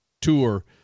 tour